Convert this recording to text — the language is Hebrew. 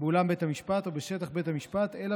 באולם בית המשפט או בשטח בית המשפט אלא